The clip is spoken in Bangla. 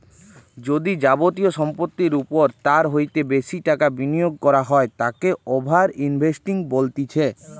যদি যাবতীয় সম্পত্তির ওপর তার হইতে বেশি টাকা বিনিয়োগ করা হয় তাকে ওভার ইনভেস্টিং বলতিছে